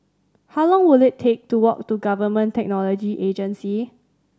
how long will it take to walk to Government Technology Agency